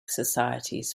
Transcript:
societies